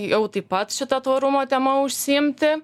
jau taip pat šita tvarumo tema užsiimti